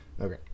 Okay